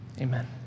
Amen